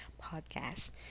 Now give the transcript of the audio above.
podcast